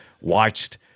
watched